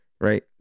right